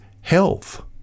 health